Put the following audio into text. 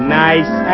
nice